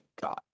god